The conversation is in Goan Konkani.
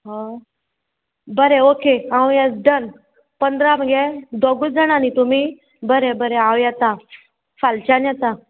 हय बरें ओके हांव ये डन पंदरा मगे दोगूच जाणां न्ही तुमी बरें बरें हांव येता फालच्यान येता